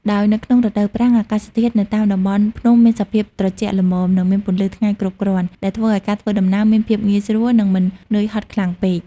ដោយនៅក្នុងរដូវប្រាំង អាកាសធាតុនៅតាមតំបន់ភ្នំមានសភាពត្រជាក់ល្មម និងមានពន្លឺថ្ងៃគ្រប់គ្រាន់ ដែលធ្វើឲ្យការធ្វើដំណើរមានភាពងាយស្រួល និងមិននឿយហត់ខ្លាំងពេក។